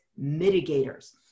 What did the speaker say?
mitigators